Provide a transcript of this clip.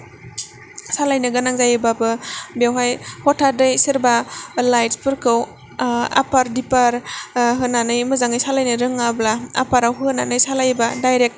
सालायनो गोनां जायोब्लाबो बेवहाय हथादयै सोरबा लायतफोरखौ आफार दिफार होनानै मोजाङै सालायनो रोङाब्ला आफाराव होनानै सालायोब्ला दायरेख